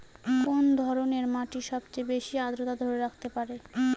কোন ধরনের মাটি সবচেয়ে বেশি আর্দ্রতা ধরে রাখতে পারে?